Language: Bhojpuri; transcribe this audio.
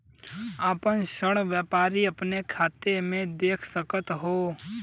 आपन ऋण व्यापारी अपने खाते मे देख सकत हौ